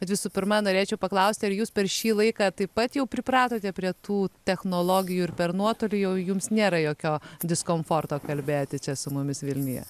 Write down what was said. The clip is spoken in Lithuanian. bet visų pirma norėčiau paklausti ar jūs per šį laiką taip pat jau pripratote prie tų technologijų ir per nuotolį jau jums nėra jokio diskomforto kalbėtis čia su mumis vilniuje